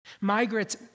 Migrants